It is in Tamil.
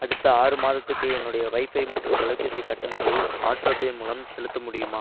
அடுத்த ஆறு மாதத்துக்கு என்னுடைய ஒய்ஃபை மற்றும் தொலைபேசி கட்டணங்களை ஆட்டோ பே மூலம் செலுத்த முடியுமா